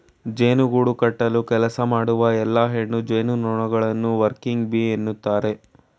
ಜೇನು ಗೂಡು ಕಟ್ಟಲು ಕೆಲಸ ಮಾಡುವ ಎಲ್ಲಾ ಹೆಣ್ಣು ಜೇನುನೊಣಗಳನ್ನು ವರ್ಕಿಂಗ್ ಬೀ ಅಂತರೆ